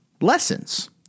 lessons